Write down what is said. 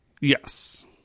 Yes